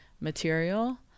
material